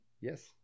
Yes